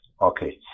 Okay